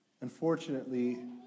Unfortunately